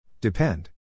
depend